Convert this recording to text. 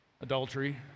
adultery